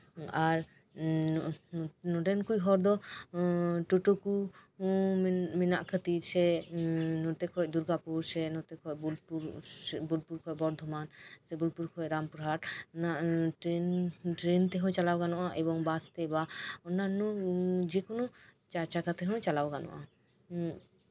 ᱟᱨ ᱱᱚᱰᱮᱱ ᱠᱚ ᱦᱚᱲ ᱫᱚ ᱴᱳᱴᱳ ᱠᱚ ᱢᱮᱱᱟᱜ ᱠᱷᱟᱹᱛᱤᱨ ᱥᱮ ᱱᱚᱛᱮᱱ ᱠᱚ ᱫᱩᱨᱜᱟᱯᱩᱨ ᱥᱮ ᱵᱳᱞᱯᱩᱨ ᱠᱷᱚᱱ ᱵᱚᱨᱫᱷᱚᱢᱟᱱ ᱨᱟᱢᱯᱩᱨ ᱦᱟᱴ ᱴᱮᱨᱮᱱ ᱛᱮ ᱦᱚᱸ ᱪᱟᱞᱟᱣ ᱜᱟᱱᱚᱜᱼᱟ ᱮᱵᱚᱝ ᱵᱟᱥᱛᱮ ᱚᱱᱱᱟᱱᱚ ᱡᱮᱠᱳᱱᱳ ᱪᱟᱨ ᱪᱟᱠᱟ ᱛᱮᱦᱚᱸ ᱪᱟᱞᱟᱣ ᱜᱟᱱᱚᱜᱼᱟ